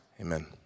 Amen